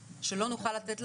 אני מקבלת אותה